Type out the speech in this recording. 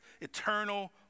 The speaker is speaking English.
eternal